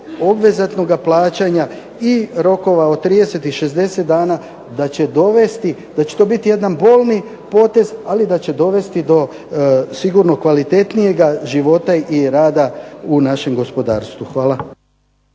obvezatnog plaćanja i rokova od 30 i 60 dana da će to biti jedan bolni potez, ali da će dovesti sigurno do kvalitetnijega života i rada u našem gospodarstvu. Hvala.